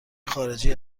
خارجی